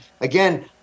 Again